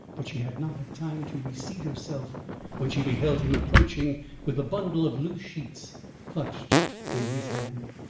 but she had not had time to re-seat herself when she beheld him approaching with the bundle of loose sheets clutched in his hand.